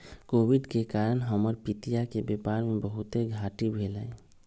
Covid के कारण हमर पितिया के व्यापार में बहुते घाट्टी भेलइ